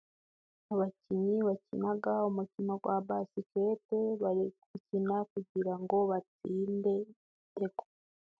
Abakinnyi bakina umukino wa basket bari gukina kugirango batsinde...